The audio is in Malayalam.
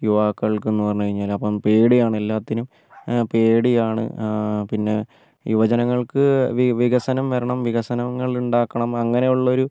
യുവാക്കൾക്കെന്ന് പറഞ്ഞുകഴിഞ്ഞാൽ അപ്പം പേടിയാണ് എല്ലാത്തിനും പേടിയാണ് പിന്നെ യുവജനങ്ങൾക്ക് വികസനം വരണം വികസനങ്ങൾ ഉണ്ടാക്കണം അങ്ങനെയുള്ളൊരു